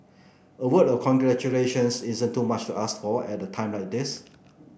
a word of congratulations isn't too much to ask for at a time like this